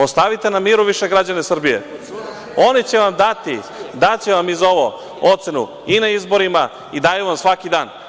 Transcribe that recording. Ostavite na miru više građane Srbije oni će vam dati, daće vam i za ovo ocenu i na izborima i daju vam svaki dan.